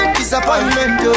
disappointment